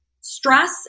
stress